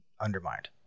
undermined